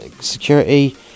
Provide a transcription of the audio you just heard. security